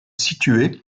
situé